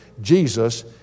Jesus